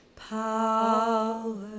power